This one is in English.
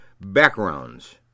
backgrounds